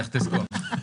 לך תזכור.